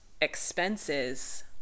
expenses